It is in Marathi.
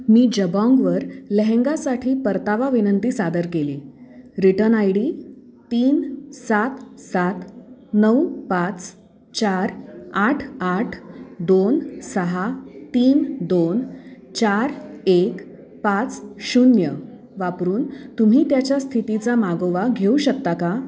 मी जबाँगवर लेहंगासाठी परतावा विनंती सादर केले रिटर्न आय डी तीन सात सात नऊ पाच चार आठ आठ दोन सहा तीन दोन चार एक पाच शून्य वापरून तुम्ही त्याच्या स्थितीचा मागोवा घेऊ शकता का